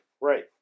Right